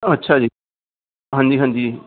ਅੱਛਾ ਜੀ ਹਾਂਜੀ ਹਾਂਜੀ